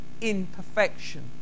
imperfection